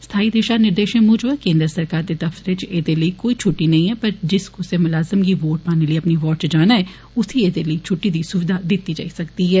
स्थायी दिशा निर्देशें मुजब केन्द्र सरकार दे दफ्तरें च एदे लेई कोई छुद्द नेई ऐ पर जिस कुसै मलाजम गी वोट पाने अपनी वार्ड च जाना ऐ उसी एदे लेई छुट्टी दी एह सुविधा दिती जाई सकदी ऐ